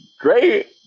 great